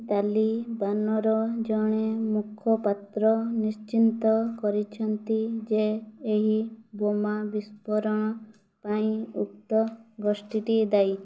ତାଲିବାନର ଜଣେ ମୁଖପାତ୍ର ନିଶ୍ଚିନ୍ତ କରିଛନ୍ତି ଯେ ଏହି ବୋମା ବିସ୍ଫୋରଣ ପାଇଁ ଉକ୍ତ ଗୋଷ୍ଠୀଟି ଦାୟୀ